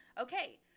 okay